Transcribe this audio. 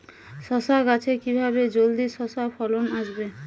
শশা গাছে কিভাবে জলদি শশা ফলন আসবে?